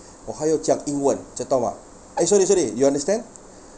我还有讲英文知道吗 eh sorry sorry you understand